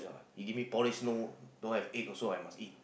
you give me porridge no don't have egg also I must eat